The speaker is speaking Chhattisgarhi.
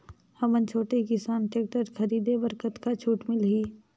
हमन छोटे किसान टेक्टर खरीदे बर कतका छूट मिलही?